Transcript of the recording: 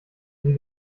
sie